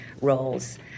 roles